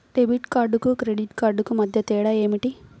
Debit కార్డుకు credit కార్డుకు మధ్య తేడా ఏమిటీ?